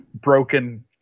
broken